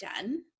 done